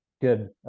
good